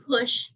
push